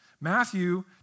Matthew